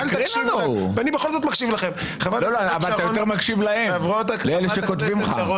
חבר הכנסת רם